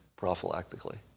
prophylactically